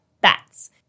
bats